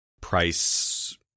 price